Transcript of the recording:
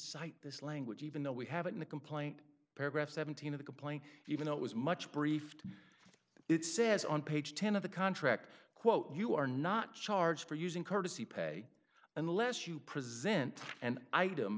cite this language even though we have it in the complaint paragraph seventeen of the complaint even though it was much briefed it says on page ten of the contract quote you are not charged for using courtesy pay unless you present and item